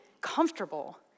comfortable